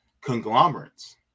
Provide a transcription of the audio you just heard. conglomerates